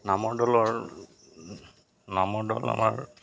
নামৰ দলৰ নামৰ দল আমাৰ